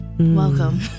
Welcome